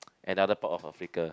another part of Africa